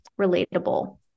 relatable